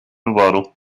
wyboru